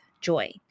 joy